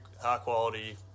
high-quality